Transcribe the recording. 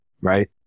right